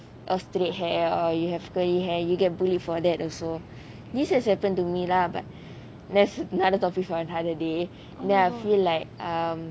a straight hair or you have curly hair you get bullied for that also this has happened to me lah but there's another topic for another day then I feel like um